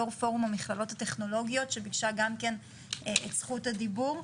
יו"ר פורום המכללות הטכנולוגיות שביקשה גם כן את זכות הדיבור.